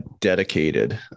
dedicated